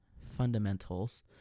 fundamentals